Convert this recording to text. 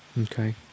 okay